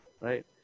right